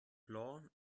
blanc